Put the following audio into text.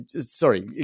sorry